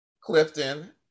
Clifton